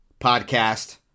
podcast